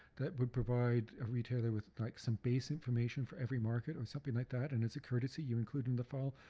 that would provide a retailer with like some base information for every market or something like that and as a courtesy you include it in the file,